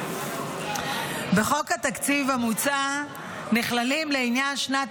"בחוק התקציב המוצע נכללים לעניין שנת